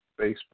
Facebook